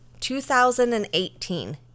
2018